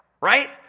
right